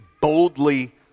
boldly